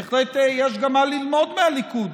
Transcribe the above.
בהחלט יש גם מה ללמוד מהליכוד,